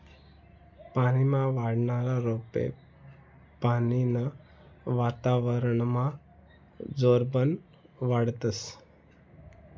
पानीमा वाढनारा रोपे पानीनं वातावरनमा जोरबन वाढतस